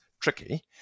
tricky